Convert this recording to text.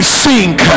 sink